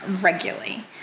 regularly